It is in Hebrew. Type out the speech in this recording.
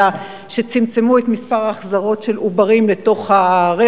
שצמצמו את מספר ההחזרות של עוברים לרחם,